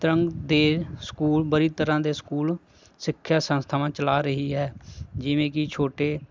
ਤਰੰਗ ਦੇ ਸਕੂਲ ਬੜੀ ਤਰ੍ਹਾਂ ਦੇ ਸਕੂਲ ਸਿੱਖਿਆ ਸੰਸਥਾਵਾਂ ਚਲਾ ਰਹੀ ਹੈ ਜਿਵੇਂ ਕਿ ਛੋਟੇ